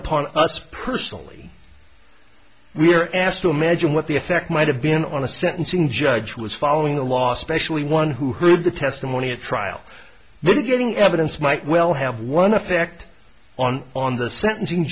upon us personally we are asked to imagine what the effect might have been on the sentencing judge who was following the law specially one who heard the testimony at trial the giving evidence might well have one effect on on the sentencing